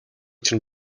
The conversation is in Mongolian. чинь